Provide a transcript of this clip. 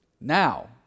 Now